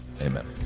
Amen